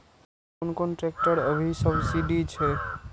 कोन कोन ट्रेक्टर अभी सब्सीडी छै?